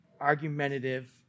argumentative